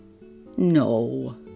no